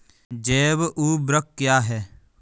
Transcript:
जैव ऊर्वक क्या है?